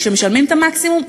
כשמשלמים את המקסימום,